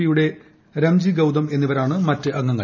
P യുടെ രംജി ഗൌതം എന്നിവരാണ് മറ്റ് അംഗങ്ങൾ